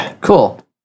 cool